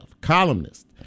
columnist